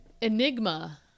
enigma